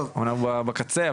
אמנם בקצה,